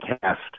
cast